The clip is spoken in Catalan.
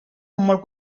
molt